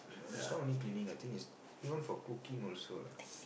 no it's not only cleaning I think is even for cooking also lah